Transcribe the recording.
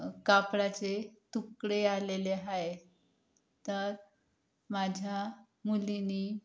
कापडाचे तुकडे आलेले आहे तर माझ्या मुलीने